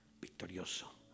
victorioso